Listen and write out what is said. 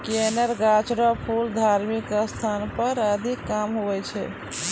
कनेर गाछ रो फूल धार्मिक स्थान पर अधिक काम हुवै छै